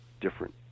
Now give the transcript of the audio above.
different